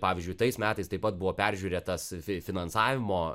pavyzdžiui tais metais taip pat buvo peržiūrėtas fi finansavimo